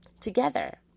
together